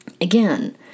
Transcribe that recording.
Again